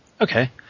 Okay